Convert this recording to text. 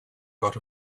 got